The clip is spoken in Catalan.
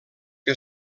que